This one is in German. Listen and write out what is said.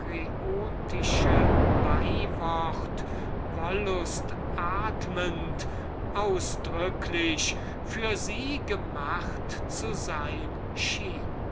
beiwort wollustatmend ausdrücklich für sie gemacht zu sein schien